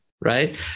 Right